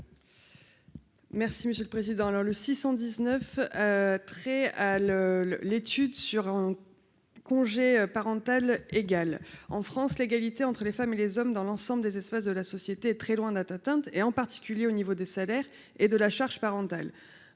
Merci monsieur le président, leur le 619 très ah le le l'étude sur un congé parental égal en France, l'égalité entre les femmes et les hommes dans l'ensemble des espèces de la société, très loin d'être atteinte et en particulier au niveau des salaires et de la charge parentale,